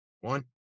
One